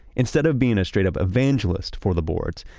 instead of being a straight-up evangelist for the boards,